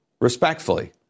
respectfully